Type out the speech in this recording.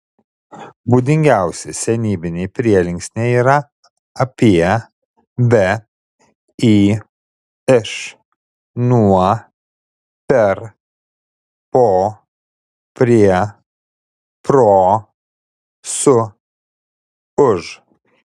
būdingiausi senybiniai prielinksniai yra apie be į iš nuo per po prie pro su už